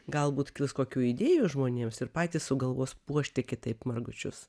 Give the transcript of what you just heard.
galbūt kils kokių idėjų žmonėms ir patys sugalvos puošti kitaip margučius